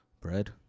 Bread